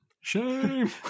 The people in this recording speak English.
Shame